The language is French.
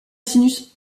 sinus